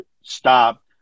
stop